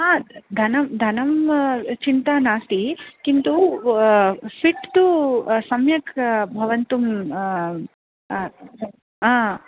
धनं धनं चिन्ता नास्ति किन्तु फिट् तु सम्यक् भवितुम्